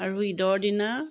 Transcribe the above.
আৰু ঈদৰ দিনা